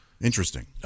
Interesting